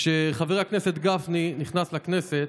כשחבר הכנסת גפני נכנס לכנסת,